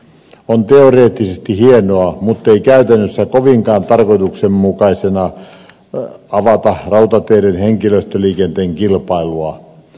on teoreettisesti hienoa muttei käytännössä kovinkaan tarkoituksenmukaista avata rautateiden henkilöstöliikenteen kilpailua